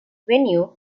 venue